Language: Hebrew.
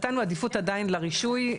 נתנו עדיפות עדיין לרישוי,